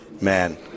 man